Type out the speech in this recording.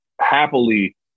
happily